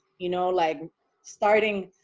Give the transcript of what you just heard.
you know, like starting,